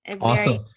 Awesome